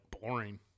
boring